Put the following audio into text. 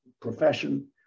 profession